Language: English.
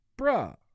bruh